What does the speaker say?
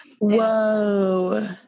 Whoa